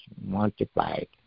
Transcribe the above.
multiplied